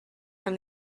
from